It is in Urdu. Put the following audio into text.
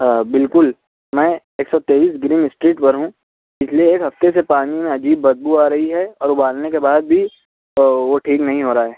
ہاں بالکل میں ایک سو تیئیس گرین اسٹریٹ پر ہوں پچھلے ایک ہفتے سے پانی عجیب بد بو آ رہی ہے اور ابالنے کے بعد بھی وہ ٹھیک نہیں ہو رہا ہے